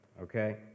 okay